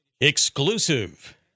Exclusive